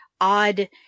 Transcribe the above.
odd